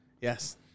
Yes